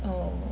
oh